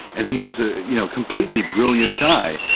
and he was a you know completely brilliant guy.